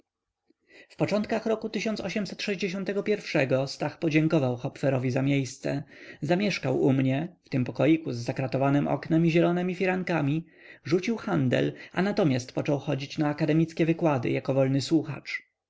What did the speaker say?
w początkach roku pierwszego stach podziękował hopferowi za miejsce zamieszkał u mnie w tym pokoiku z zakratowanem oknem i zielonemi firankami rzucił handel a natomiast począł chodzić na akademickie wykłady jako wolny słuchacz